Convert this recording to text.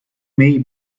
may